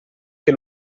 che